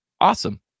awesome